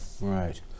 Right